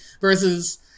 Versus